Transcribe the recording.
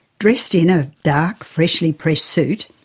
dressed in a dark, freshly pressed suit,